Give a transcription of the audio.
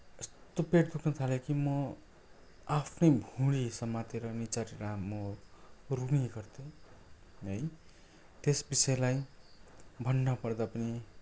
यस्तो पेट दुख्न थाल्यो कि म आफ्नै भुडी समातेर निचारेर म रूने गर्थेँ है त्यस विषयलाई भन्न पर्दा पनि